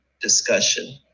discussion